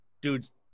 Dudes